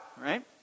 right